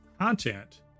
content